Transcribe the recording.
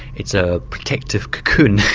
it's a protective cocoon,